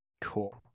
cool